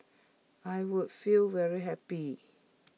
I would feel very happy